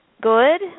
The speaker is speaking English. good